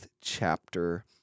chapter